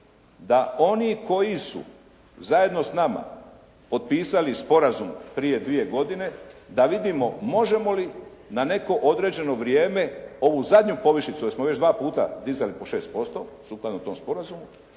da oni koji su zajedno s nama potpisali sporazum prije dvije godine da vidimo možemo li na neko određeno vrijeme ovu zadnju povišicu, jer smo već dva puta dizali po 6% sukladno tom sporazumu,